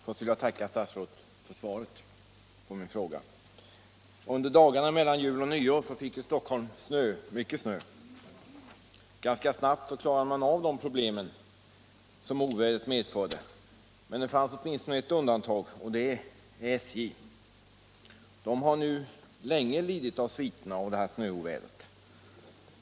Herr talman! Först vill jag tacka statsrådet för svaret på min fråga. Under dagarna mellan jul och nyår fick Stockholm snö, mycket snö. Ganska snabbt klarade man av de problem som ovädret medförde. Men det finns åtminstone ett undantag, och det är SJ, som nu länge har lidit av sviterna av snöovädret.